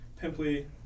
pimply